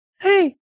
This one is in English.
Hey